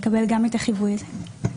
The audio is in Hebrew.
לקבל את החיווי הזה.